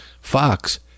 Fox